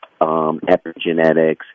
epigenetics